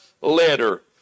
letter